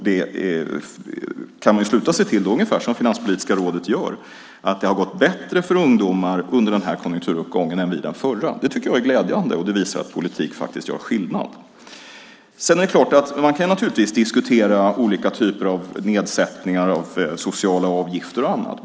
Då kan man naturligtvis, ungefär som det finanspolitiska rådet gör, sluta sig till att det har gått bättre för ungdomar under den här konjunkturuppgången än under den förra. Det tycker jag är glädjande, och det visar att politik faktiskt gör skillnad. Man kan naturligtvis diskutera olika typer av nedsättningar av sociala avgifter och annat.